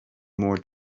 more